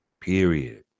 Period